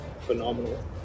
Phenomenal